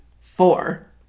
Four